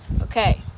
Okay